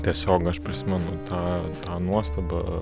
tiesiog aš prisimenu tą tą nuostabą